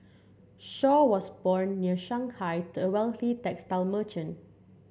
Shaw was born near Shanghai to a wealthy textile merchant